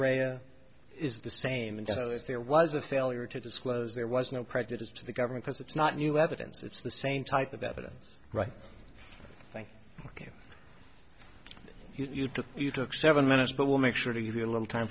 rea is the same and there was a failure to disclose there was no prejudice to the government cause it's not new evidence it's the same type of evidence right thank you you took you took seven minutes but we'll make sure to give you a little time